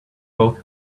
both